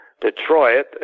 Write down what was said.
Detroit